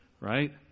right